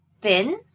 thin